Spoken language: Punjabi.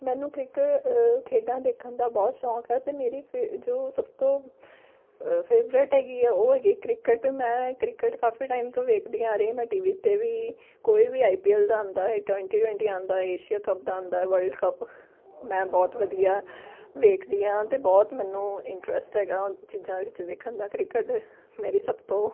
ਮੈਨੂੰ ਕ੍ਰਿਕ ਖੇਡਾਂ ਦੇਖਣ ਦਾ ਬਹੁਤ ਸ਼ੌਂਕ ਹੈ ਅਤੇ ਮੇਰੀ ਫੇ ਜੋ ਸਭ ਤੋਂ ਫੇਵਰੇਟ ਹੈਗੀ ਆ ਉਹ ਹੈਗੀ ਕ੍ਰਿਕਟ ਮੈਂ ਕ੍ਰਿਕਟ ਕਾਫ਼ੀ ਟਾਈਮ ਤੋਂ ਦੇਖਦੀ ਆ ਰਹੀ ਮੈਂ ਟੀ ਵੀ 'ਤੇ ਵੀ ਕੋਈ ਵੀ ਆਈ ਪੀ ਐੱਲ ਦਾ ਆਉਂਦਾ ਹੈ ਟਵੈਂਟੀ ਟਵੈਂਟੀ ਆਉਂਦਾ ਹੈ ਏਸ਼ੀਆ ਕੱਪ ਦਾ ਆਉਂਦਾ ਵਰਲਡ ਕੱਪ ਮੈਂ ਬਹੁਤ ਵਧੀਆ ਦੇਖਦੀ ਹਾਂ ਅਤੇ ਬਹੁਤ ਮੈਨੂੰ ਇੰਟਰਸਟ ਹੈਗਾ ਉਹ ਚੀਜ਼ਾਂ ਵਿੱਚ ਦੇਖਣ ਦਾ ਕ੍ਰਿਕਟ ਮੇਰੀ ਸਭ ਤੋਂ